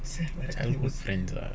childhood friends lah